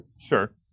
Sure